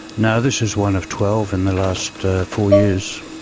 no, this is one of twelve in the last four years.